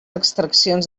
extraccions